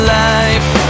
life